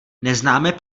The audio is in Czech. neznáme